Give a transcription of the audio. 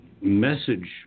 message